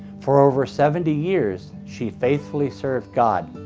for over seventy years she faithfully served god.